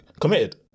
committed